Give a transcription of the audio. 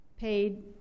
paid